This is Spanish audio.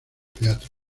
teatro